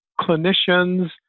clinicians